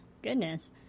Goodness